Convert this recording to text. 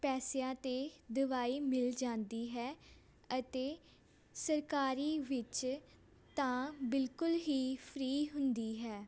ਪੈਸਿਆਂ 'ਤੇ ਦਵਾਈ ਮਿਲ ਜਾਂਦੀ ਹੈ ਅਤੇ ਸਰਕਾਰੀ ਵਿੱਚ ਤਾਂ ਬਿਲਕੁਲ ਹੀ ਫਰੀ ਹੁੰਦੀ ਹੈ